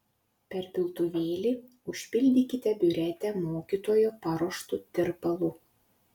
per piltuvėlį užpildykite biuretę mokytojo paruoštu tirpalu